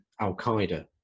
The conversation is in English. al-Qaeda